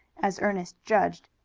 as ernest judged,